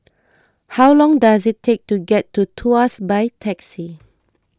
how long does it take to get to Tuas by taxi